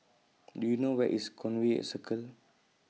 Do YOU know Where IS Conway Circle